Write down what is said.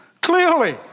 Clearly